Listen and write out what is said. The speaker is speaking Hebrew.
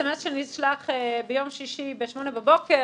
מסרון שנשלח ביום שישי בשמונה בבוקר,